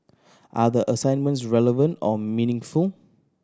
are the assignments relevant or meaningful